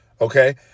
okay